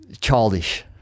Childish